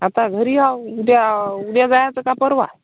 आता घरी आहे उद्या उद्या जायाचं का परवा